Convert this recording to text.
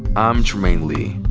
i'm trymaine lee.